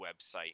website